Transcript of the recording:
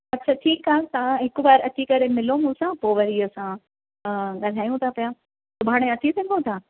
अच्छा ठीुक आहे तव्हां हिकु बार अची मिलो मूंसां पोइ वरी असां ॻाल्हायूं था पिया सुभाणे अची सघंदव तव्हां